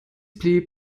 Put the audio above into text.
blieb